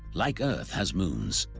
like earth, has moons,